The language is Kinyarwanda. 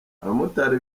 abamotari